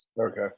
Okay